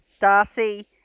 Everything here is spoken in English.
Darcy